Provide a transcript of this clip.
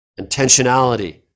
intentionality